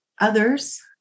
others